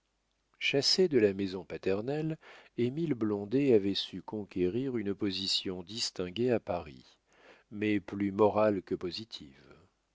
chassé de la maison paternelle émile blondet avait su conquérir une position distinguée à paris mais plus morale que positive